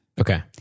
Okay